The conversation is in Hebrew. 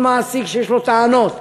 כל מעסיק שיש לו טענות,